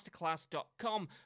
masterclass.com